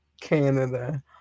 Canada